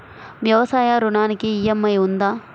వ్యవసాయ ఋణానికి ఈ.ఎం.ఐ ఉందా?